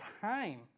time